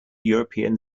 european